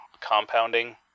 compounding